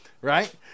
right